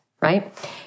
right